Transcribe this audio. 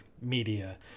media